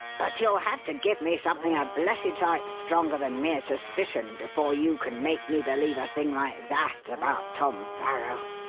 but you'll have to give me something a blessed sight stronger than mere suspicion before you can make me believe a thing like that about tom farrow.